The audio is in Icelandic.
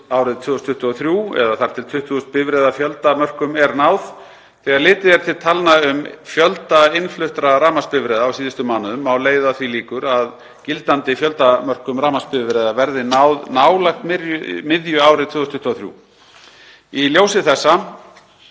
árið 2023 eða þar til 20.000 bifreiða fjöldamörkum er náð. Þegar litið er til talna um fjölda innfluttra rafmagnsbifreiða á síðustu mánuðum má leiða að því líkur að gildandi fjöldamörkum rafmagnsbifreiða verði náð nálægt miðju ári 2023. Í ljósi þessa